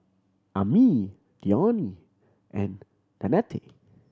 Ammie Dione and Danette